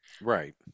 right